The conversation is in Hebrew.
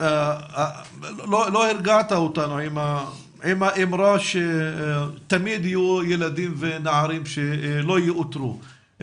לא הרגעת אותנו עם האמרה שתמיד יהיו ילדים ונערים שלא יאותרו.